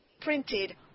printed